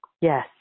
yes